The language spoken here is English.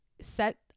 set